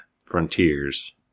frontiers